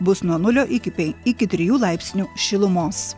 bus nuo nulio iki pei iki trijų laipsnių šilumos